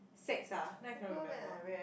six ah then I cannot remember